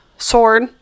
sword